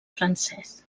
francès